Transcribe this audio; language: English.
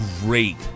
great